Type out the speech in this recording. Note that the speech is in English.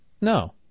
No